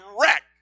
wreck